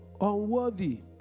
unworthy